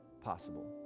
Possible